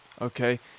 okay